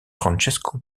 francesco